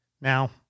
Now